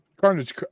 Carnage